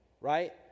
right